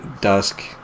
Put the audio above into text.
Dusk